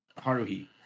Haruhi